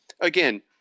again